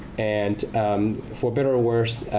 and for better or worse,